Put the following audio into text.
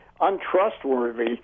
untrustworthy